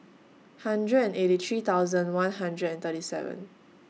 hundred and eighty three thousand one hundred and thirty seven